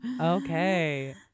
okay